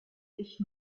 ich